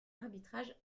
arbitrage